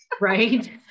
right